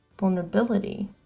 Vulnerability